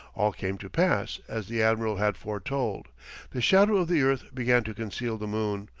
all came to pass as the admiral had foretold the shadow of the earth began to conceal the moon,